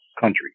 country